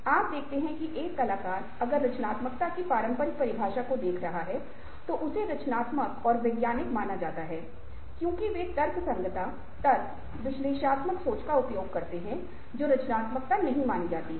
आप देखते हैं कि एक कलाकार अगर रचनात्मकता की पारंपरिक परिभाषा को देख रहे हैं तो उसे रचनात्मक और वैज्ञानिक माना जाता है क्योंकि वे तर्कसंगतता तर्क विश्लेषणात्मक सोच का उपयोग करते हैं जो रचनात्मक नहीं माने जातो थे